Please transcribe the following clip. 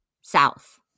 south